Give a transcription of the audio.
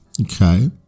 Okay